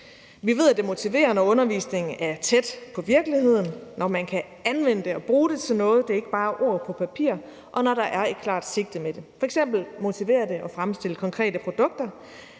Vi ved, at det motiverer, når undervisningen er tæt på virkeligheden, når man kan anvende det og bruge det til noget og det ikke bare ord på papir, og når der er et klart sigte med det. F.eks. motiverer det at fremstille konkrete produkter,